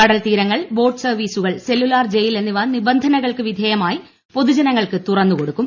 കടൽ തീരങ്ങൾ ബോട്ട് സർവ്വീസുകൾ സെല്ലുലാർ ജ്യിൽ എന്നിവ നിബന്ധനകൾക്ക് വിധേയമായി പൊതുജ്ജിങ്ങൾക്ക് തുറന്നു കൊടുക്കും